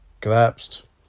collapsed